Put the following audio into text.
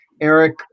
Eric